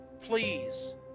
please